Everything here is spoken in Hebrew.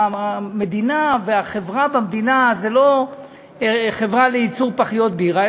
המדינה והחברה במדינה זה לא חברה לייצור פחיות בירה,